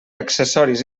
accessoris